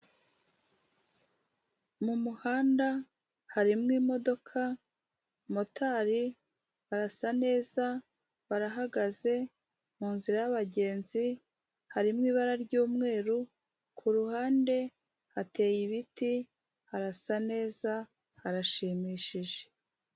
Mu muhanda harimo imodoka, motari arasa neza, barahagaze, mu nzira y'abagenzi harimo ibara ry'umweru, kuruhande hateye ibiti, harasa neza harashimishije.